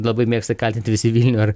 labai mėgsta kaltinti visi vilnių ar